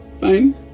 fine